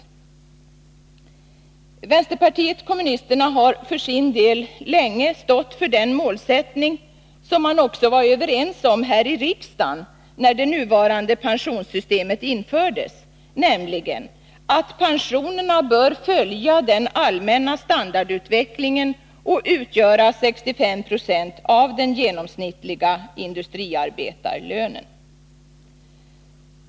Vänsterpartiet kommunisterna har för sin del länge stått för den målsättning som man också var överens om här i riksdagen när det nuvarande pensionssystemet infördes, nämligen att pensionerna bör följa den allmänna standardutvecklingen och utgöra 65 96 av den genomsnittliga industriarbetarlönen.